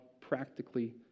practically